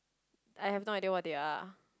I have no idea what they are